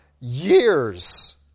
years